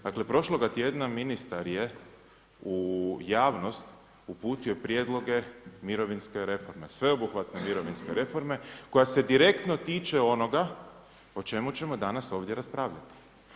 Dakle, prošloga tjedna ministar je u javnost uputio prijedloge mirovinskog, sveobuhvatne mirovinske reforme, koja se direktno tiče onoga o čemu ćemo danas ovdje raspravljati.